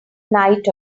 night